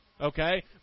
okay